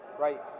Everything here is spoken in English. right